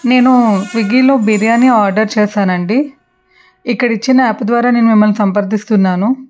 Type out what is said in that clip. నేను స్విగ్గీలో బిర్యానీ ఆర్డర్ చేసానండి ఇక్కడిచ్చిన యాప్ ద్వారా నేను మిమ్మల్ని సంప్రదిస్తున్నాను